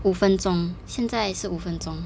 五分钟现在是十五分钟